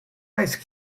ice